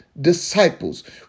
disciples